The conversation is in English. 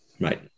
Right